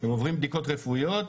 הם עוברים בדיקות רפואיות,